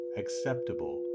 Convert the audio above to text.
acceptable